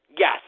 Yes